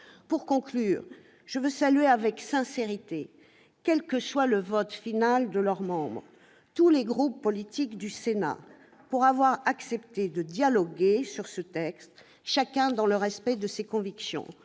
Pour conclure, je veux saluer avec sincérité, quel que soit le vote final de leurs membres, tous les groupes politiques du Sénat pour avoir accepté de dialoguer sur ce texte, chacun dans le respect de ses convictions.